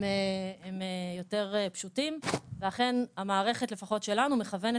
הם יותר פשוטים ואכן המערכת לפחות שלנו מכוונת